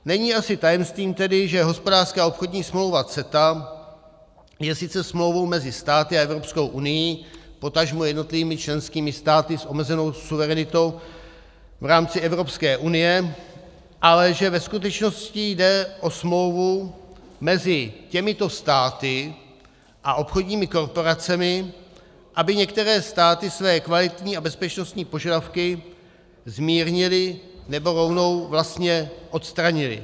Není tedy asi tajemstvím, že hospodářská a obchodní smlouva CETA je sice smlouvou mezi státy a Evropskou unií, potažmo jednotlivými členskými státy s omezenou suverenitou v rámci Evropské unie, ale že ve skutečnosti jde o smlouvu mezi těmito státy a obchodními korporacemi, aby některé státy své kvalitativní a bezpečnostní požadavky zmírnily, nebo rovnou vlastně odstranily.